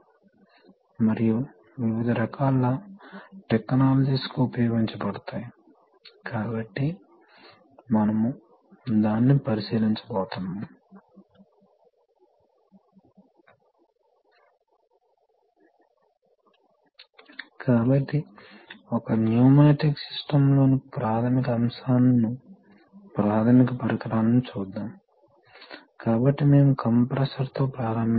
ఇది single acting cylinder కాబట్టి మీరు పంప్ నుండి కొంత ప్రెషర్ పెడితే అది పైకి వెళ్తుంది అది ఒక శక్తిని సృష్టిస్తుంది కనుక ఇది పైకి వెళ్తుంది తద్వారా పవర్ స్ట్రోక్ పైకి వెళుతుంది మరోవైపు మీరు దానిని ట్యాంక్తో కనెక్ట్ చేస్తే ఈ సందర్భంలో అది గురుత్వాకర్షణ ద్వారా ఉంటుంది కాబట్టి లోడ్ కారణంగా ఇది పైకి వస్తుంది మరియు ద్రవం ట్యాంకుకు నెట్టివేయబడుతుంది కాబట్టి మీరు పవర్ స్ట్రోక్ కావాలనుకుంటే మీరు దానిని పంపుకు కనెక్ట్ చేయాలి మీకు రిట్రాక్షన్ స్ట్రోక్ కావాలంటే దానిని ట్యాంకుకు కనెక్ట్ చేయాలి